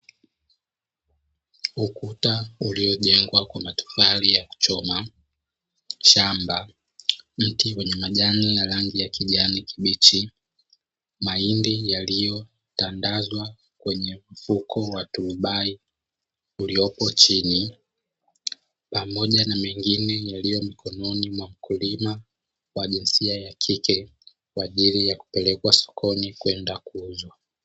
Ukuta uliojengwa kwa matofali ya kuchoma, shamba, mti wenye majani ya kijani kibichi, mahindi yaliyotandazwa kwenye mfuko wa turubai uliopo chini, pamoja na mengine yaliyopo mkononi mwa mkulima wa jinsia ya kike, kwa ajili ya kupelekwa sokoni kwenda kuuzwa.